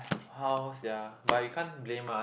how sia but you can't blame mah